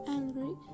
angry